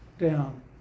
down